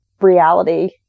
reality